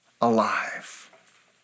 alive